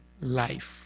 life